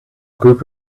group